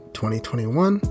2021